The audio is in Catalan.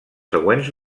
següents